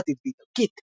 צרפתית ואיטלקית.